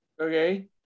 okay